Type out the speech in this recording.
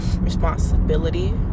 responsibility